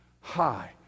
high